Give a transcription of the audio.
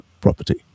property